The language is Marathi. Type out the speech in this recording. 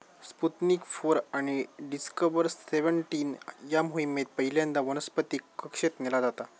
स्पुतनिक फोर आणि डिस्कव्हर सेव्हनटीन या मोहिमेत पहिल्यांदा वनस्पतीक कक्षेत नेला जाता